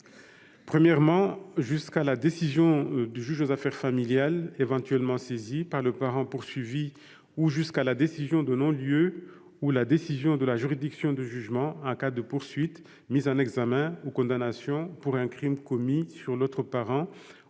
premièrement, jusqu'à la décision du JAF éventuellement saisi par le parent poursuivi ou jusqu'à la décision de non-lieu ou la décision de la juridiction de jugement en cas de poursuite, mise en examen ou condamnation pour un crime commis sur l'autre parent,